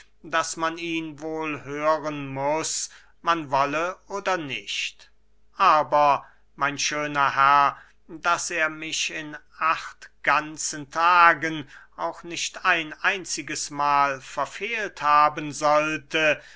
daß man ihn wohl hören muß man wolle oder nicht aber mein schöner herr daß er mich in acht ganzen tagen auch nicht ein einziges mahl verfehlt haben sollte